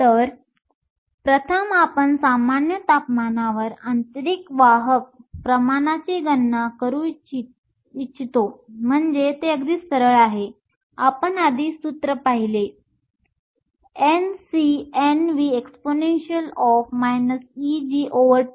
तर प्रथम आपण सामान्य तापमानावर आंतरिक वाहक प्रमाणाची गणना करू इच्छितो म्हणजे ते अगदी सरळ आहे आपण आधी सूत्र पाहिले NcNvexp Eg2kT